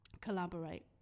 collaborate